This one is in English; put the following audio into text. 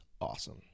awesome